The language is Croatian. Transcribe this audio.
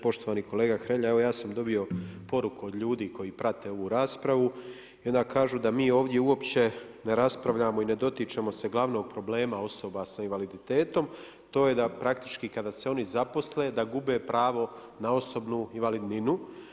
Poštovani kolega Hrelja, evo ja sam dobio poruku od ljudi koji prate ovu raspravu i onda kažu da mi ovdje uopće ne raspravljamo i ne dotičemo se glavnog problema osoba sa invaliditetom a to je da praktički kada se oni zaposle da gube pravo na osobnu invalidninu.